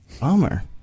Bummer